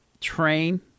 train